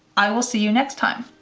i will see you next time.